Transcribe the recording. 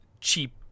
cheap